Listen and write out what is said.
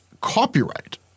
copyright